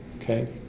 Okay